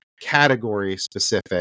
category-specific